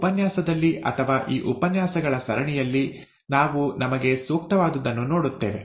ಈ ಉಪನ್ಯಾಸದಲ್ಲಿ ಅಥವಾ ಈ ಉಪನ್ಯಾಸಗಳ ಸರಣಿಯಲ್ಲಿ ನಾವು ನಮಗೆ ಸೂಕ್ತವಾದದ್ದನ್ನು ನೋಡುತ್ತೇವೆ